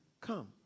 Come